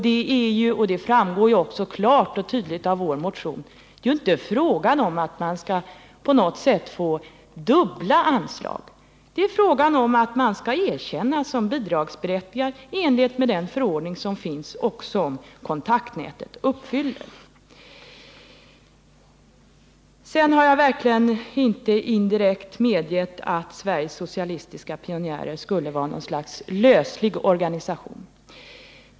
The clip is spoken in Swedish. Det framgår också klart och tydligt av vår motion att det inte är fråga om att Kontaktnätet skulle få dubbla anslag — det är fråga om att organisationen skall erkännas som bidragsberättigad i enlighet med den förordning som finns och vars bestämmelser Kontaktnätet uppfyller. Jag har verkligen inte indirekt medgivit att Sveriges socialistiska pionjärer var en löslig organisation.